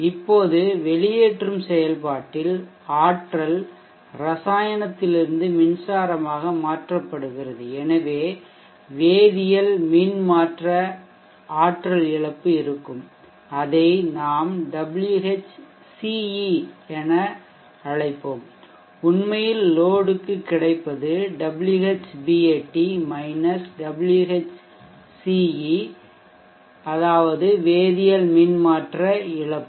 இப்போது வெளியேற்றும் செயல்பாட்டில் ஆற்றல் ரசாயனத்திலிருந்து மின்சாரமாக மாற்றப்படுகிறது எனவே வேதியல் மின் மாற்ற ஆற்றல் இழப்பு இருக்கும் அதை நாம் Whce என்று அழைப்போம் உண்மையில் லோடுக்கு கிடைப்பது Whbat Whce வேதியியல் மின் ஆற்றல் மாற்ற இழப்பு